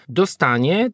dostanie